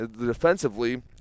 defensively